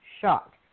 shocked